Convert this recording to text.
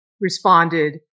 responded